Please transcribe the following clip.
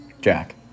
Jack